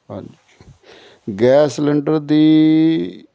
ਹਾਂਜੀ gas cylinder ਦੀ